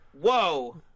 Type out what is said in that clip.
Whoa